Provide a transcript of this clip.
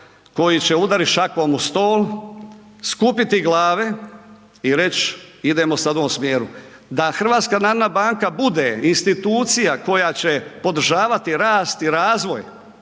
koji će udarit šakom u stol, skupiti glave i reć idemo sad u ovom smjeru, da HNB bude institucija koja će podržavati rast i razvoj,